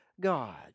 God